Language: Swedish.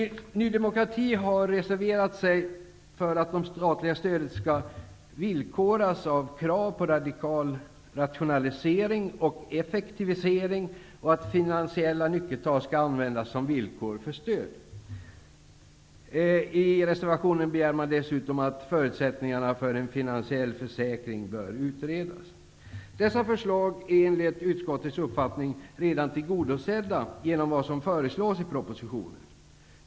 Ny demokrati har reserverat sig för att det statliga stödet skall villkoras av krav på radikal rationalisering och effektivisering och att finansiella nyckeltal skall användas som villkor för stöd. I reservationen begär de dessutom att förutsättningarna för en finansiell försäkring bör utredas. Dessa förslag är enligt utskottets uppfattning redan tillgodosedda genom vad som föreslås i propositionen.